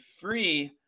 free